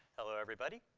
hello, everybody.